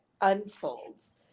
unfolds